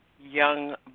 young